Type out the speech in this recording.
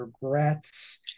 regrets